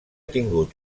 tingut